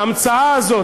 ההמצאה הזאת,